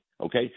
Okay